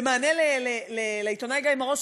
במענה לעיתונאי גיא מרוז,